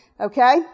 Okay